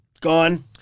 Gone